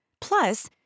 Plus